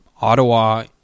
Ottawa